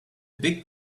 big